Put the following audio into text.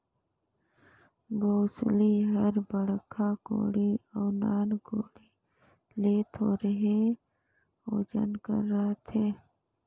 बउसली हर बड़खा कोड़ी अउ नान कोड़ी ले थोरहे ओजन कर रहथे